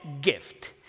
gift